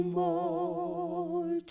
more